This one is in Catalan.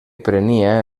prenia